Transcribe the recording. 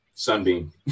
Sunbeam